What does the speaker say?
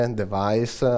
device